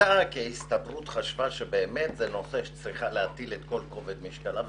בשביתה כי ההסתדרות חשבה שזה נושא שהיא צריכה להטיל את כל כובד משקלה,